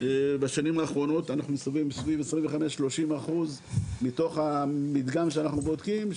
בשנים האחרונות אנחנו סוגרים סביב 30%-25% מתוך המדגם שאנחנו בודקים,